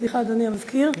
סליחה, אדוני המזכיר.